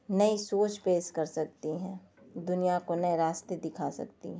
نئی سوچ پیش کر سکتی ہیں دنیا کو نئے راستے دکھا سکتی ہیں